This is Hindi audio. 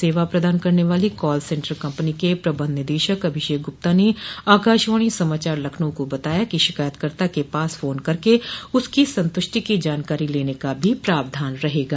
सेवा प्रदान करने वाली कॉल सेन्टर कंपनी के प्रबंध निदेशक अभिषेक गुप्ता ने आकाशवाणी समाचार लखनऊ को बताया कि शिकायतकर्ता के पास फोन करके उसकी संतुष्टि की जानकारी लेने का भी प्रावधान रहेगा